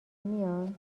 میان